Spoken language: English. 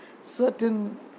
certain